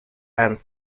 and